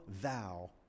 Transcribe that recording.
thou